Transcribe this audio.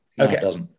Okay